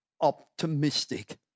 optimistic